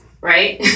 right